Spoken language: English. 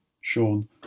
Sean